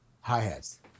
hi-hats